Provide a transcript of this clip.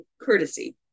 courtesy